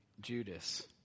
Judas